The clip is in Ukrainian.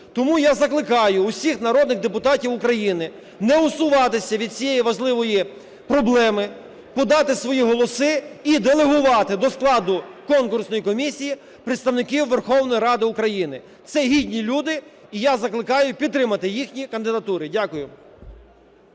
Тому я закликаю усіх народних депутатів України не усуватися від цієї важливої проблеми, подати свої голоси і делегувати до складу конкурсної комісії представників Верховної Ради України. Це гідні люди. І я закликаю підтримати їхні кандидатури. Дякую.